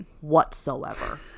Whatsoever